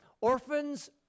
Orphans